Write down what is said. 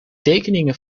tekeningen